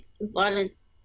violence